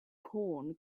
corn